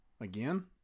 Again